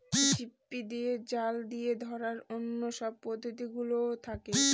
ঝিপি দিয়ে, জাল দিয়ে ধরার অন্য সব পদ্ধতি গুলোও থাকে